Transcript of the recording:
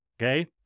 okay